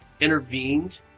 intervened